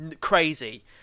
crazy